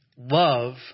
Love